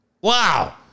Wow